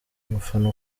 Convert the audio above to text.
umufana